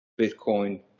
Bitcoin